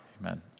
amen